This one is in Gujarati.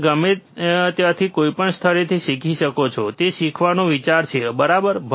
તમે ગમે ત્યાંથી કોઈપણ સ્થળેથી શીખી શકો છો તે શીખવાનો વિચાર છે બરાબર